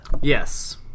yes